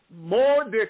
more